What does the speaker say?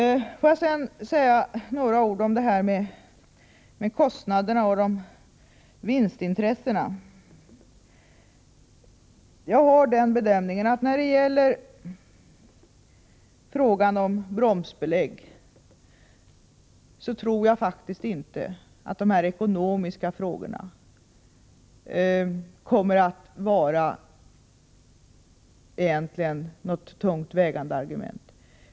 Får jag sedan säga några ord om detta med kostnaderna och vinstintressena. När det gäller bromsbelägg tror jag faktiskt inte att de ekonomiska frågorna egentligen kommer att vara något tungt vägande argument.